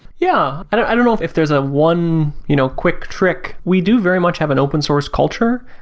yeah, i don't know if if there is a one you know quick trick. we do very much have an open source culture.